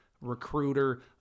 recruiter